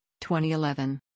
2011